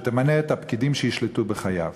שתמנה את הפקידים שישלטו בחייו.